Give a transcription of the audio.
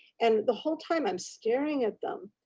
and the whole time i'm staring at them.